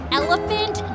elephant